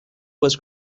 was